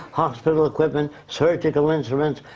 hospital equipment, surgical instruments.